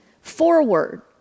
forward